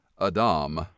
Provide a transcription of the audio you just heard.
adam